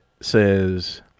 says